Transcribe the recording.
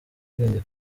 ubwenge